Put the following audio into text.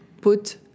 put